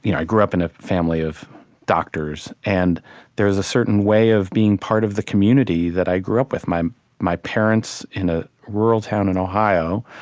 you know i grew up in a family of doctors, and there is a certain way of being part of the community that i grew up with. my my parents, in a rural town in ohio,